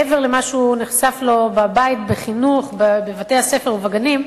מעבר למה שהוא נחשף לו בבית, בבתי-הספר ובגנים,